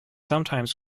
sometimes